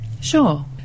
Sure